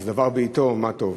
אז דבר בעתו מה טוב.